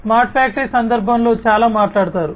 0 smart factory సందర్భంలో చాలా మాట్లాడతారు